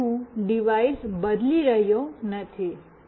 હવે હું ડિવાઇસ બદલી રહ્યો નથી